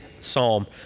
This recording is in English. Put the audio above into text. psalm